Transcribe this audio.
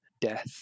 death